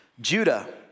Judah